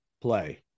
play